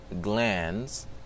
glands